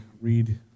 read